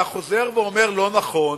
אתה חוזר ואומר לא נכון,